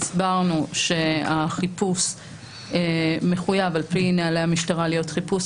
הסברנו שהחיפוש מחויב על פי נהלי המשטרה להיות חיפוש